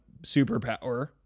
superpower